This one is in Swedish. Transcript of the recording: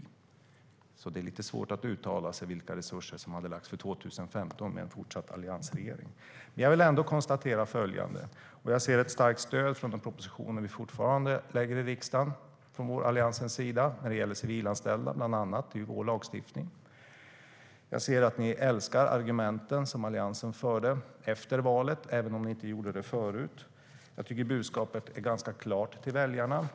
Det är därför lite svårt att uttala sig om resurserna för 2015 eftersom vi fortsatt inte har en alliansregering. Jag ser att ni efter valet älskar de argument som Alliansen hade, även om ni inte gjorde det tidigare.